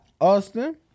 Austin